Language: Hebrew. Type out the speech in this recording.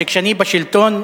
שכשאני בשלטון,